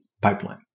pipeline